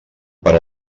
per